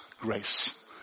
grace